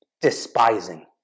despising